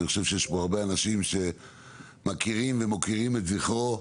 יש פה הרבה אנשים שמכירים ומוקירים את זכרו.